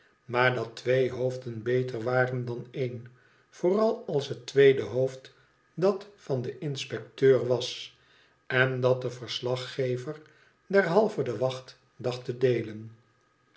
maar dat twee hoofden beter waren dan één vooral als het tweede hoofd dat van den inspecteur was en dat de verslaggever derhalve de wacht dacht te deelen